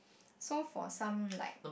so for some like